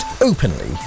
openly